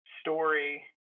story